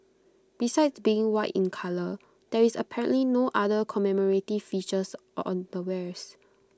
besides being white in colour there is apparently no other commemorative features on the wares